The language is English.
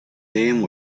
name